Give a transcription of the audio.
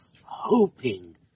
hoping